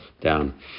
down